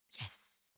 yes